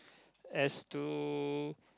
as to